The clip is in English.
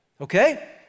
Okay